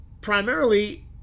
primarily